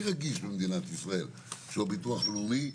רגיש במדינת ישראל שהוא הביטוח הלאומי,